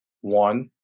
One